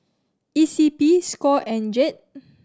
E C P score and GED